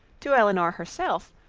to elinor herself,